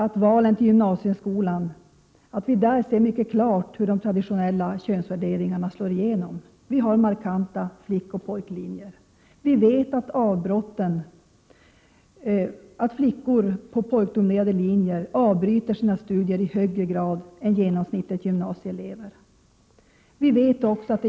I valen till gymnasieskolan ser vi mycket klart hur de traditionella könsvärderingarna slår igenom. Vi har markanta flickoch pojklinjer. Vi vet att flickor på pojkdominerade linjer avbryter sina studier i högre grad än genomsnittet gymnasieelever.